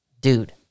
Dude